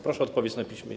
Proszę o odpowiedź na piśmie.